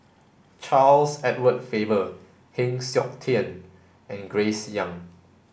Charles Edward Faber Heng Siok Tian and Grace Young